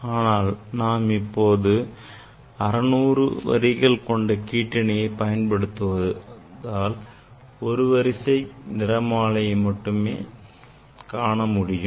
ஆனால் நாம் இப்போது 600 வரிகள் கொண்ட கீற்றிணி பயன்படுத்தி வருவதால் ஒரு வரிசை கொண்ட நிறமாலை மட்டுமே நமக்குக் கிடைக்கிறது